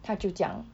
她就讲